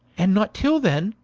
and not till then,